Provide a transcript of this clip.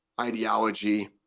ideology